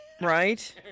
right